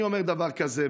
אני אומר דבר כזה,